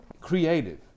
creative